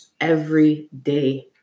everyday